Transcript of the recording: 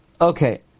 Okay